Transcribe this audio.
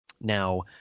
now